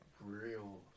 real